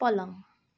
पलङ